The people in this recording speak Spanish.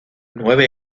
nueve